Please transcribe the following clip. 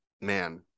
man